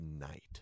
night